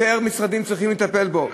יותר משרדים צריכים לטפל בו,